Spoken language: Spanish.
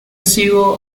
sigo